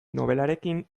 nobelarekin